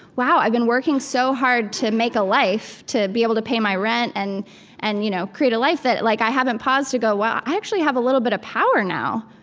wow, i've been working so hard to make a life, to be able to pay my rent and and you know create a life that like i haven't paused to go, wow, i actually have a little bit of power now.